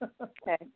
Okay